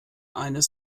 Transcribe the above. eines